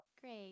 Great